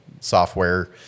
software